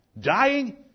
dying